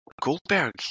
Goldberg